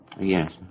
Yes